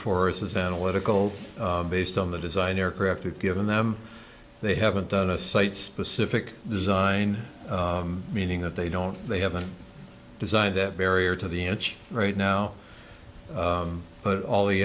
for us is analytical based on the design aircraft we've given them they haven't done a site specific design meaning that they don't they haven't designed that barrier to the inch right now but all the